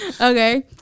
Okay